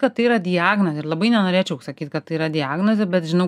kad tai yra diagnozė ir labai nenorėčiau sakyt kad tai yra diagnozė bet žinau